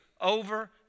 over